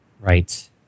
Right